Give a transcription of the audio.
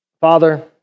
Father